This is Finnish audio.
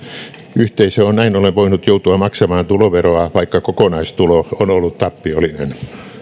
yhteisö on näin ollen voinut joutua maksamaan tuloveroa vaikka kokonaistulo on ollut tappiollinen